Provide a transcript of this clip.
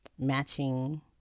matching